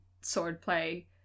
swordplay